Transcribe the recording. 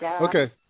Okay